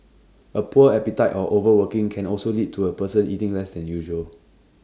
A poor appetite or overworking can also lead to A person eating less than usual